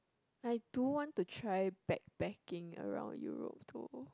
I do want to try backpacking around Europe too